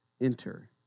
enter